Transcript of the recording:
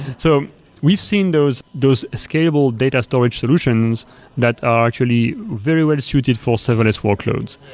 so we've seen those those scalable data storage solutions that are actually very well-suited for serverless workloads.